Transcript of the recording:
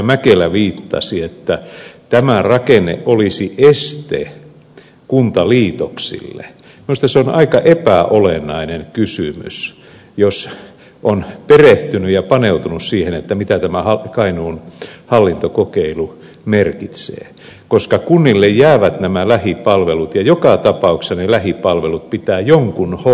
mäkelä viittasi että tämä rakenne olisi este kuntaliitoksille on minusta aika epäolennainen kysymys jos on perehtynyt ja paneutunut siihen mitä tämä kainuun hallintokokeilu merkitsee koska kunnille jäävät nämä lähipalvelut ja joka tapauksessa ne lähipalvelut pitää jonkun hoitaa